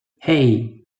hey